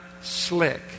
slick